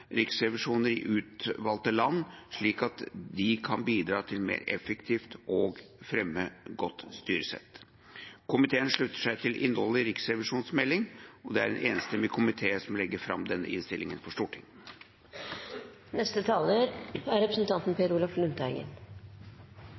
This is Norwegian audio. riksrevisjoner i utvalgte land, slik at de kan bidra mer effektivt til å fremme godt styresett. Komiteen slutter seg til innholdet i Riksrevisjonens melding, og det er en enstemmig komité som legger fram denne innstillingen for Stortinget. Jeg slutter meg til saksordførerens redegjørelse. Jeg vil bare legge vekt på